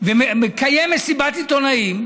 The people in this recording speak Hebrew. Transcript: ומקיים מסיבת עיתונאים,